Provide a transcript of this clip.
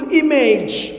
image